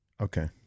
Okay